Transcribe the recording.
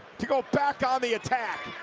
to go back on the attack.